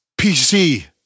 pc